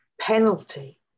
penalty